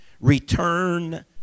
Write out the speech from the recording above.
return